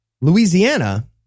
Louisiana